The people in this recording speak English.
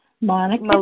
Monica